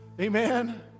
Amen